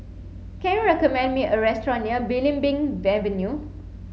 can you recommend me a restaurant near Belimbing Avenue